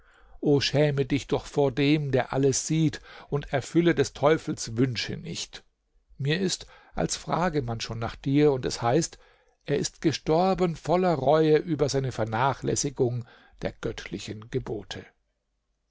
o schäme dich doch vor dem der alles sieht und erfülle des teufels wünsche nicht mir ist als frage man schon nach dir und es heißt er ist gestorben voller reue über seine vernachlässigung der göttlichen gebote